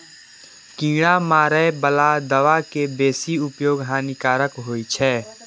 कीड़ा मारै बला दवा के बेसी उपयोग हानिकारक होइ छै